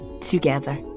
together